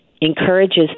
encourages